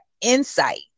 insight